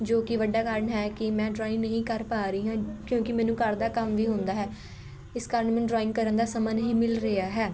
ਜੋ ਕਿ ਵੱਡਾ ਕਾਰਨ ਹੈ ਕਿ ਮੈਂ ਡਰੋਇੰਗ ਨਹੀਂ ਕਰ ਪਾ ਰਹੀ ਹਾਂ ਕਿਉਂਕਿ ਮੈਨੂੰ ਘਰ ਦਾ ਕੰਮ ਵੀ ਹੁੰਦਾ ਹੈ ਇਸ ਕਾਰਨ ਮੈਨੂੰ ਡਰੋਇੰਗ ਕਰਨ ਦਾ ਸਮਾਂ ਨਹੀਂ ਮਿਲ ਰਿਹਾ ਹੈ